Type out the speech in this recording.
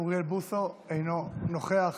אוריאל בוסו, אינו נוכח.